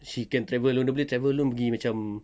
she can travel alone dia boleh travel alone pergi macam